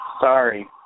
Sorry